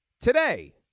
today